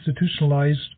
institutionalized